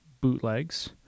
bootlegs